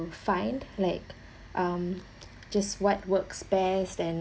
find like um just what works best and